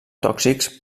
tòxics